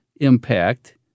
impact